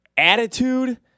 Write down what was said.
attitude